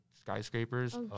skyscrapers